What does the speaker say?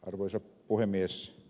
arvoisa puhemies